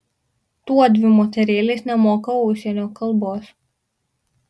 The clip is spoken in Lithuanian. tuodvi moterėlės nemoka užsienio kalbos